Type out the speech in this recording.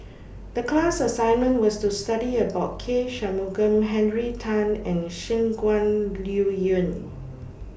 The class assignment was to study about K Shanmugam Henry Tan and Shangguan Liuyun